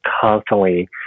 constantly